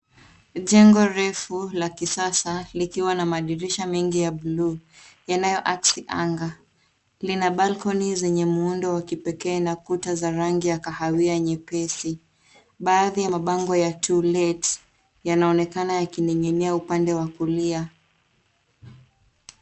Jengo refu la kisasa likiwa na madirisha mengi la bluu yanaoakizi angaa. Lina balcony zenye muundo ya kipekee na ukuta za rangi ya kahawia nyepesi. Baadhi ya mabango ya to lent yanaonekana yakining'inia upande wa kulia.